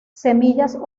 semillas